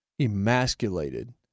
emasculated